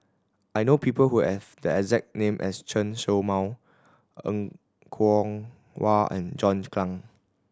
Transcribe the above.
I know people who have the exact name as Chen Show Mao Er Kwong Wah and John Clang